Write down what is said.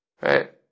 Right